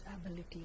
ability